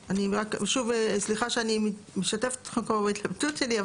שוב, סליחה שאני משתפת אתכם בהתלבטות שלי.